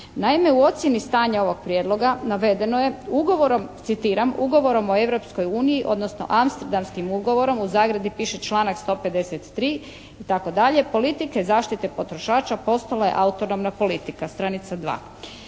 Naime, u ocjeni stanja ovog prijedloga navedeno je ugovorom citiram: “Ugovorom o Europskoj uniji odnosno Amsterdamskim ugovorom u zagradi piše članak 153. itd. politike zaštite potrošača postala je autonomna politika.“ Stranica